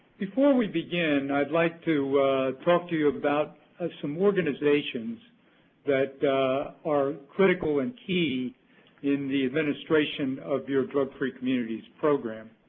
before we begin, i'd like to talk to you about some organizations that are critical and key in the administration of your drug free communities program.